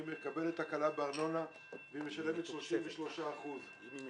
היא מקבלת הקלה בארנונה והיא משלמת 33 אחוזים.